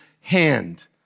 hand